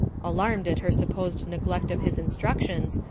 alarmed at her supposed neglect of his instructions,